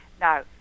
now